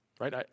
right